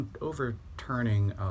overturning